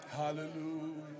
hallelujah